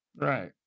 Right